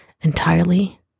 entirely